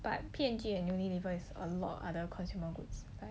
but and is a lot of other consumer goods